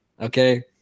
okay